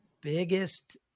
biggest